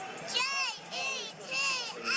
Jets